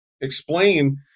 explain